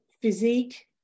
physique